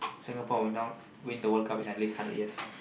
Singapore will not win the World Cup in at least hundred years